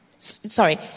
Sorry